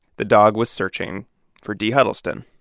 the dog was searching for dee huddleston?